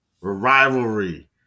rivalry